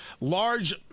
large